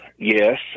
Yes